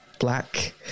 Black